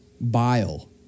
bile